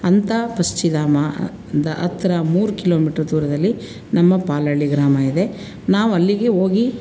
ಅಂಥ ಪಕ್ಷಿಧಾಮ ದ ಹತ್ರ ಮೂರು ಕಿಲೋಮಿಟ್ರ್ ದೂರದಲ್ಲಿ ನಮ್ಮ ಪಾಲಳ್ಳಿ ಗ್ರಾಮ ಇದೆ ನಾವಲ್ಲಿಗೆ ಹೋಗಿ